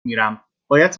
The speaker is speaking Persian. میرم، باید